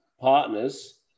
partners